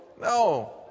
no